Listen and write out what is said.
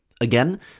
Again